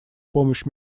помощь